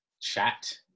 chat